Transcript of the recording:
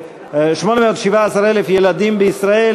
817,000 ילדים בישראל,